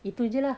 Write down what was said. itu jer lah